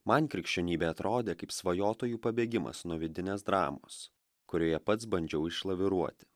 man krikščionybė atrodė kaip svajotojų pabėgimas nuo vidinės dramos kurioje pats bandžiau išlaviruoti